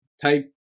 Type